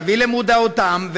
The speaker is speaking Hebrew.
להביא למודעותם,